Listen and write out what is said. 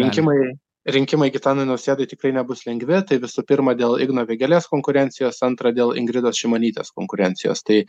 rinkimai rinkimai gitanui nausėdai tikrai nebus lengvi tai visų pirma dėl igno vėgėlės konkurencijos antra dėl ingridos šimonytės konkurencijos tai